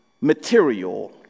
material